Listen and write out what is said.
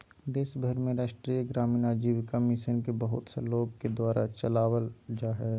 देश भर में राष्ट्रीय ग्रामीण आजीविका मिशन के बहुत सा लोग के द्वारा चलावल जा हइ